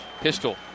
Pistol